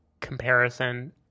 comparison